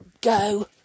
go